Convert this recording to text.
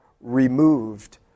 removed